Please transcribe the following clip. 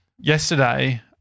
yesterday